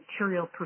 material